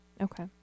Okay